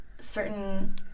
certain